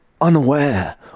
unaware